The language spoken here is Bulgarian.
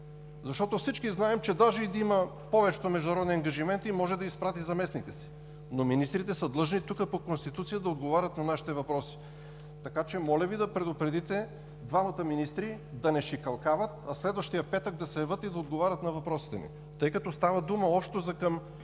тяхната. Всички знаем, че дори и да има, в повечето международни ангажименти може да изпрати заместника си. По Конституция министрите са длъжни да отговарят тук на нашите въпроси. Моля Ви да предупредите двамата министри да не шикалкавят, а следващия петък да се явят и да отговарят на въпросите ни, тъй като става дума общо за 60